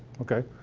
okay,